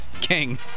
King